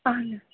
اَہَن حظ